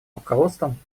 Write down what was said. руководством